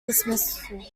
dismissal